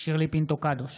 שירלי פינטו קדוש,